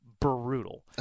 brutal